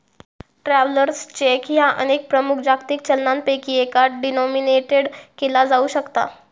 travellers cheque ह्या अनेक प्रमुख जागतिक चलनांपैकी एकात डिनोमिनेटेड केला जाऊ शकता